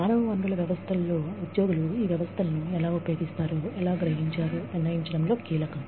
మానవ వనరుల వ్యవస్థలు లో ఉద్యోగులు ఈ వ్యవస్థలను ఎలా ఉపయోగిస్తారో మరియు ఎలా గ్రహించారు నిర్ణయించడంలో కీలకం